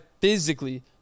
physically